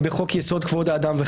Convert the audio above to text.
הצעת חוק-יסוד: השפיטה (תיקון מס' 4)